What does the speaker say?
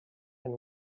and